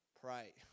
pray